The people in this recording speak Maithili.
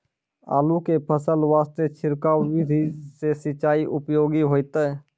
आलू के फसल वास्ते छिड़काव विधि से सिंचाई उपयोगी होइतै?